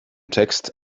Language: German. text